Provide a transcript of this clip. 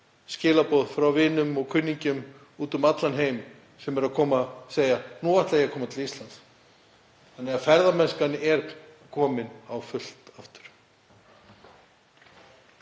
skilaboð frá vinum og kunningjum úti um allan heim sem segja: Nú ætla ég að koma til Íslands. Þannig að ferðamennskan er komin á fullt aftur.